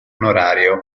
onorario